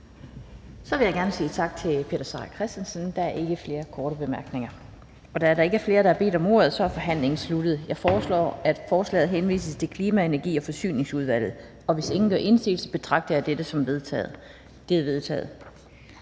Så vil jeg gerne sige tak til hr. Peter Seier Christensen. Der er ikke flere korte bemærkninger. Da der ikke er flere, der har bedt om ordet, er forhandlingen sluttet. Jeg foreslår, at forslaget til folketingsbeslutning henvises til Klima-, Energi- og Forsyningsudvalget. Og hvis ingen gør indsigelse, betragter jeg dette som vedtaget.